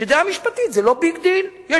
היום